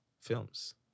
films